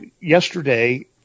yesterday